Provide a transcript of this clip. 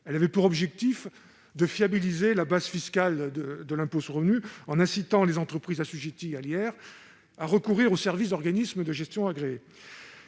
2006, avec pour objectif de fiabiliser la base fiscale de l'impôt sur le revenu en incitant les entreprises qui y étaient assujetties à recourir aux services d'organismes de gestion agréés.